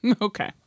Okay